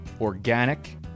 organic